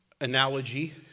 analogy